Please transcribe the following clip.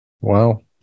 Wow